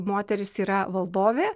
moteris yra valdovė